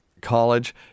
college